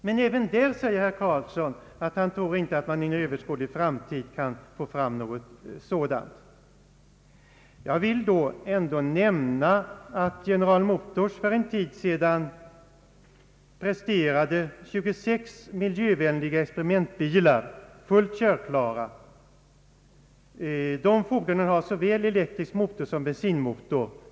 Men herr Karlsson tror inte att man inom överskådlig framtid kan få fram någon sådan bil. Jag vill ändå nämna att General Motors för en tid sedan presenterade 26 miljövänliga experimentbilar, fullt körklara. De fordonen har såväl elektrisk motor som bensinmotor.